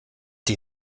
die